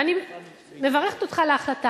ואני מברכת אותך על ההחלטה.